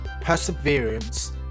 perseverance